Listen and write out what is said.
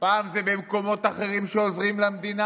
פעם זה במקומות אחרים שעוזרים למדינה,